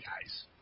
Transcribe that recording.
guys